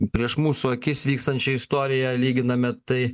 prieš mūsų akis vykstančią istoriją lyginame tai